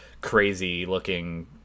crazy-looking